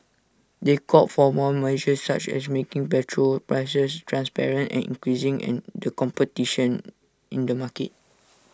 they called for more measures such as making petrol prices transparent and increasing the competition in the market